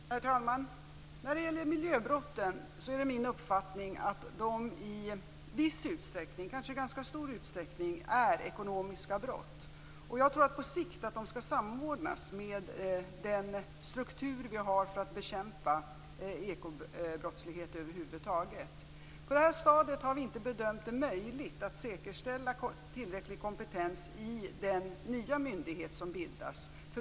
Herr talman! När det gäller miljöbrotten är det min uppfattning att de i viss utsträckning, kanske i ganska stor utsträckning, är ekonomiska brott. Jag tror att kampen mot dem på sikt skall samordnas med den struktur vi har för att bekämpa ekobrottslighet över huvud taget. På detta stadium har vi inte bedömt det möjligt att säkerställa tillräcklig kompetens i den nya myndighet som bildas.